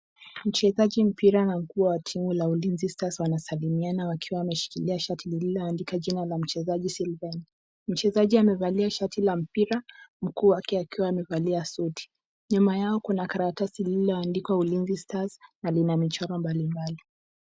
Mchezaji mpira na nguo timu la Ulinzi Stars wanasalimiana wakiwa wameshikilia shati lililoandika jina la mchezaji Silvana. Mchezaji amevalia shati la mpira, mguu wake akiwa amevalia soti. Nyama yao kuna karatasi lililoandikwa Ulinzi Stars na lina michoro mbalimbali.